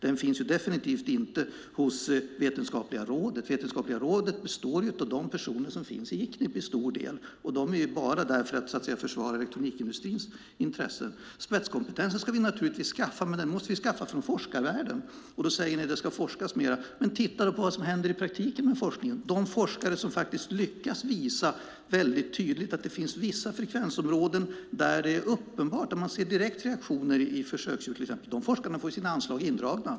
Den finns definitivt inte hos Vetenskapliga rådet. Vetenskapliga rådet består till stor del av de personer som finns i Icnirp, och de är bara där för att försvara elektronikindustrins intressen. Spetskompetensen ska vi naturligtvis skaffa, men den måste vi skaffa från forskarvärlden. Då säger ni att det ska forskas mer. Men titta på vad som händer i praktiken inom forskningen. De forskare som faktiskt lyckas visa väldigt tydligt att det finns vissa frekvensområden där detta är uppenbart och där man direkt ser reaktioner på försöksdjur får sina anslag indragna.